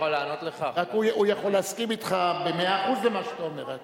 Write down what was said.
והוא יכול להסכים אתך במאה אחוז במה שאתה אומר,